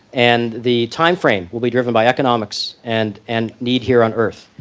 and the time frame will be driven by economics and and need here on earth.